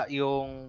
yung